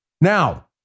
Now